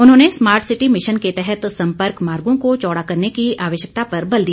उन्होंने smart city mission के तहत संपर्क मार्गो को चौड़ा करने की आवश्यकता पर बल दिया